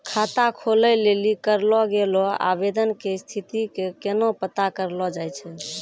खाता खोलै लेली करलो गेलो आवेदन के स्थिति के केना पता करलो जाय छै?